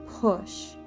push